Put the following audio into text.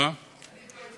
אני פה בשבילך.